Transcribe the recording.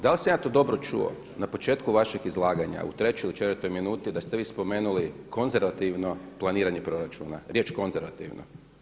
Da li sam ja to dobro čuo na početku vašeg izlaganja u trećoj ili četvrtoj minuti da ste vi spomenuli konzervativno planiranje proračuna, riječ konzervativno?